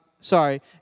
sorry